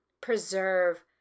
preserve